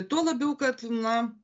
tuo labiau kad na